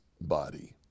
body